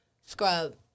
scrub